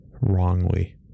wrongly